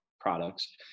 products